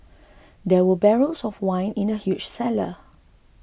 there were barrels of wine in the huge cellar